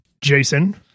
Jason